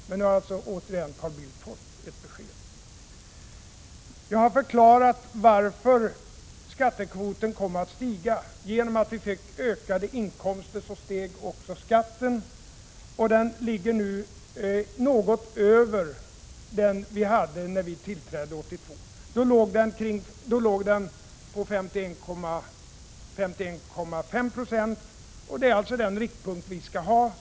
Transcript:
Men nu har alltså Carl Bildt återigen fått ett besked. Jag förklarade varför skattekvoten kommer att stiga. Genom att vi fick ökade inkomster steg också skatten. Den ligger något över den vi hade när socialdemokraterna tillträdde 1982. Den låg då på 51,5 26. Den riktpunkten skall vi alltså ha.